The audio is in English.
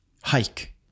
Hike